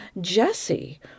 Jesse